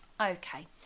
Okay